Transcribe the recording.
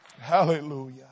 Hallelujah